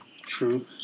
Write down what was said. True